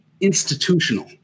institutional